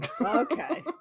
Okay